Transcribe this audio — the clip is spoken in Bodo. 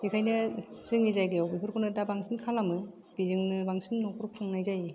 बेखायनो जोंनि जायगायाव बेफोरखौनो दा बांसिन खालामो बेजोंनो बांसिन न'खर खुंनाय जायो